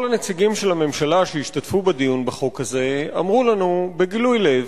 כל הנציגים של הממשלה שהשתתפו בדיון בחוק הזה אמרו לנו בגילוי לב